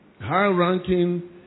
High-ranking